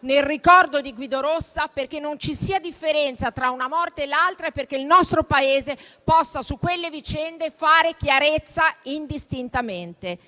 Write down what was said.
nel ricordo di Guido Rossa, perché non ci sia differenza tra una morte e l'altra e perché il nostro Paese possa fare chiarezza indistintamente